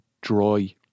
dry